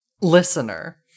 listener